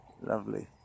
Lovely